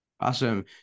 Awesome